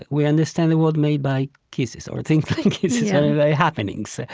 we understand the world made by kisses, or things like kisses happenings.